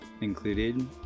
included